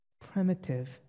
primitive